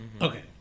Okay